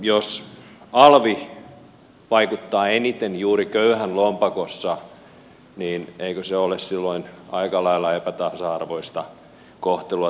jos alvi vaikuttaa eniten juuri köyhän lompakossa niin eikö se ole silloin aika lailla epätasa arvoista kohtelua